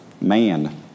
man